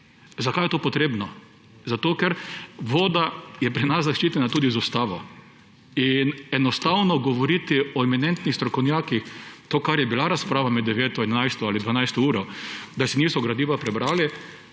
Zakaj je to potrebno – zato, ker voda je pri nas zaščitena tudi z ustavo in enostavno govoriti o eminentnih strokovnjakih, to, kar je bila razprava med 9., 11. ali 12. uro, da si niso gradiva prebrali,